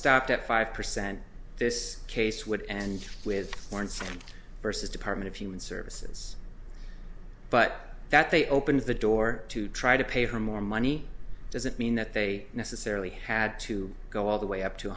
stopped at five percent this case would and with lawrence versus department of human services but that they opened the door to try to pay for more money doesn't mean that they necessarily had to go all the way up to